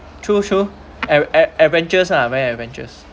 true true a a adventures lah very adventures